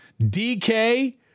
DK